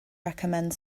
recommend